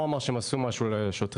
הוא אמר שהם עשו משהו לשוטרים,